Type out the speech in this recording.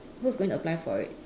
who's going to apply for it